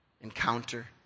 encounter